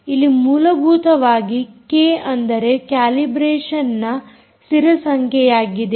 ಇಲ್ಲಿ ಮೂಲಭೂತವಾಗಿ ಕೆ ಅಂದರೆ ಕ್ಯಾಲಿಬ್ರೇಟಿಂಗ್ನ ಸ್ಥಿರ ಸಂಖ್ಯೆಯಾಗಿದೆ